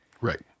Right